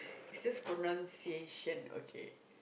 is just pronunciation okay